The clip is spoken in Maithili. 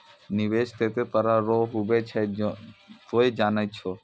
निवेश केतै तरह रो हुवै छै तोय जानै छौ